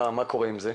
מה קורה עם זה?